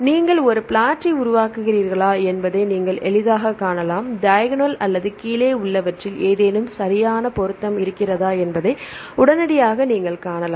நீங்கள் ஒரு பிளாட்டை உருவாக்குகிறீர்களா என்பதை நீங்கள் எளிதாகக் காணலாம் டையக்னல் அல்லது கீழே உள்ளவற்றில் ஏதேனும் சரியான பொருத்தம் இருக்கிறதா என்பதை உடனடியாக நீங்கள் காணலாம்